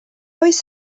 oes